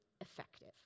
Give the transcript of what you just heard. effective